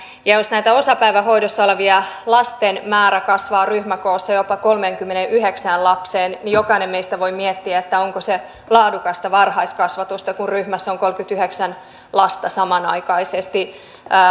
jos osapäivähoidossa olevien lasten määrä kasvaa ryhmäkoossa jopa kolmeenkymmeneenyhdeksään lapseen niin jokainen meistä voi miettiä onko se laadukasta varhaiskasvatusta kun ryhmässä on kolmekymmentäyhdeksän lasta samanaikaisesti